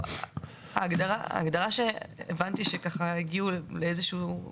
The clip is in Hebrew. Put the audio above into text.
ההגדרה שהבנתי שככה הגיעו לאיזה שהוא,